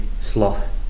sloth